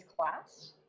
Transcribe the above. class